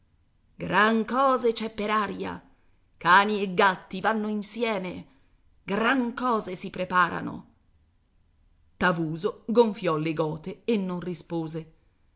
gran cose c'è per aria cani e gatti vanno insieme gran cose si preparano tavuso gonfiò le gote e non rispose